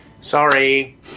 Sorry